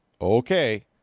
Okay